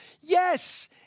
Yes